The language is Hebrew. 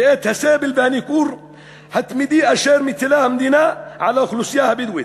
ואת הסבל והניכור התמידי אשר המדינה מטילה על האוכלוסייה הבדואית,